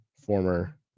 former